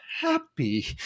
happy